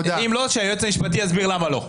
אם לא, אז שהיועץ המשפטי יסביר למה לא.